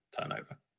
turnover